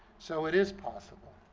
so it is possible,